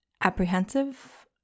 apprehensive